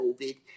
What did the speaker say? COVID